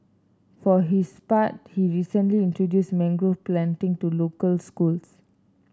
for his part he recently introduced mangrove planting to local schools